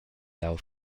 dau